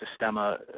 Sistema